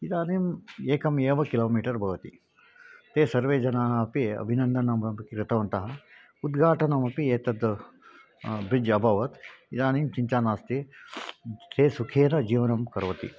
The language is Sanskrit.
इदानीम् एकमेव किलोमीटर् भवति ते सर्वे जनाः अपि अभिनन्दनमपि कृतवन्तः उद्घाटनमपि एतद् ब्रिड्ज् अभवत् इदानीं चिन्ता नास्ति ते सुखेन जीवनं करोति